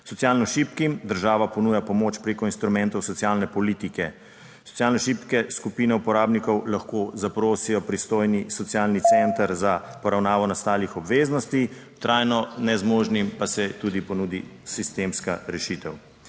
Socialno šibkim država ponuja pomoč preko instrumentov socialne politike. Socialno šibke skupine uporabnikov lahko zaprosijo pristojni socialni center za poravnavo nastalih obveznosti, trajno nezmožnim pa se tudi ponudi sistemska rešitev.